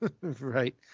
Right